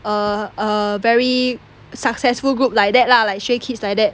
err err very successful group like that l[ah] like stray kids like that